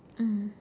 mm